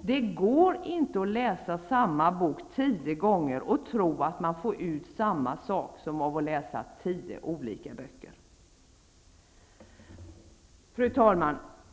Det går inte att läsa samma bok tio gånger och tro att man får ut samma sak som av att läsa tio olika böcker. Fru talman!